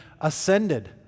ascended